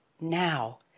now